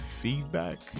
feedback